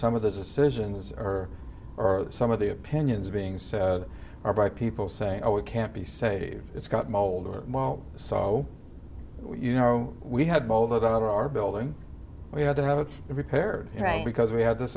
some of the decisions are or some of the opinions being said are by people saying oh it can't be saved it's got mold or well so you know we had all that on our building we had to have it repaired right because we had this